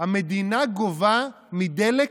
המדינה גובה מדלק?